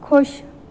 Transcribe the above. खुश